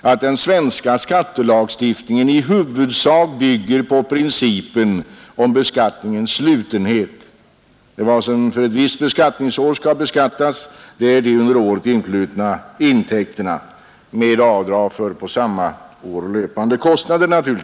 att den svenska skattelagstiftningen i huvudsak bygger på principen om beskattningens slutenhet. Det som under ett visst beskattningsår skall beskattas är de under året influtna intäkterna, naturligtvis med avdrag för under samma år löpande kostnader.